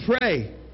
pray